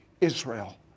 Israel